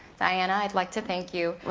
diana i'd like to thank you well